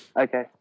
Okay